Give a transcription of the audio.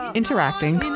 interacting